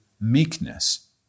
meekness